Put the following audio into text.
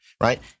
right